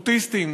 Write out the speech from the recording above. אוטיסטים,